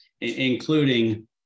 Including